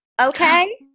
Okay